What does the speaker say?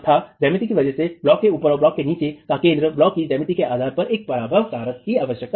ज्यामिति की वजह से ब्लॉक के ऊपर या नीचे ब्लॉक का केंद्र ब्लॉक की ज्यामिति के आधार पर एक पराभव कारक की आवश्यकता होती है